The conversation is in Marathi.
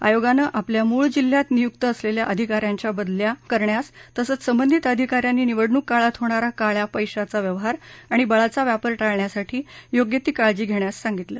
आयोगानं आपल्या मुळ जिल्ह्यात नियुक्त असलेल्या अधिका यांच्या बदल्या करण्यास तसंच संबंधित अधिकाऱ्यांनी निवडणूक काळात होणारा काळा पैशाचा व्यवहार आणि बळाचा व्यापार टाळण्यासाठी योग्य ती काळजी घेण्यास सांगितलं